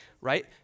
right